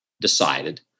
decided